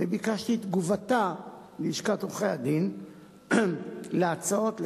וביקשתי את תגובתה על ההצעות לסדר-היום,